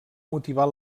motivar